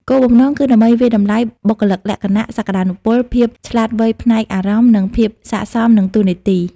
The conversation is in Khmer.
គោលបំណងគឺដើម្បីវាយតម្លៃ បុគ្គលិកលក្ខណៈ សក្តានុពល ភាពឆ្លាតវៃផ្នែកអារម្មណ៍ និងភាពស័ក្តិសមនឹងតួនាទី។